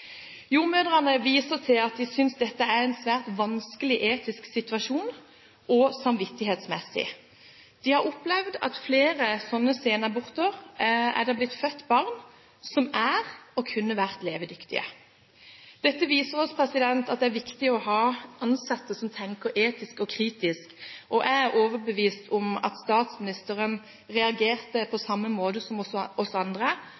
Jordmødrene viser til at de synes dette er en svært vanskelig etisk situasjon, også samvittighetsmessig. De har opplevd at ved flere slike senaborter er det blitt født barn som er og kunne vært levedyktige. Dette viser oss at det er viktig å ha ansatte som tenker etisk og kritisk. Jeg er overbevist om at statsministeren reagerte på samme måte som oss andre